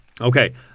Okay